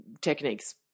techniques